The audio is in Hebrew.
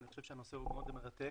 אני חושב שהנושא מאוד מרתק.